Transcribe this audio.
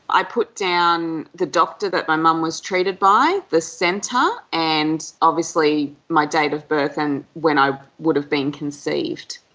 i put down the doctor that my mum was treated by, the centre, and obviously my date of birth and when i would have been conceived.